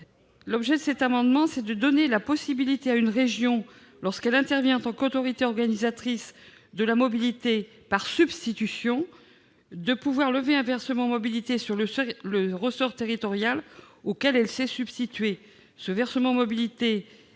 Vullien. Cet amendement vise à donner la possibilité à une région, lorsqu'elle intervient en tant qu'autorité organisatrice de la mobilité par substitution, de lever un versement mobilité sur le ressort territorial de la collectivité à laquelle elle s'est substituée. Ce versement mobilité